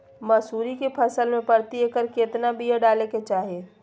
मसूरी के फसल में प्रति एकड़ केतना बिया डाले के चाही?